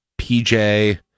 PJ